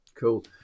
Cool